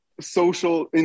social